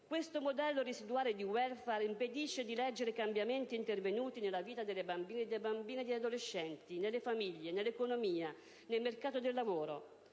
questo modello residuale di *welfare* impedisce di leggere i cambiamenti intervenuti nella vita delle bambine, dei bambini e degli adolescenti, nelle famiglie, nell'economia, nel mercato del lavoro.